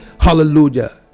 Hallelujah